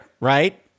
right